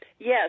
Yes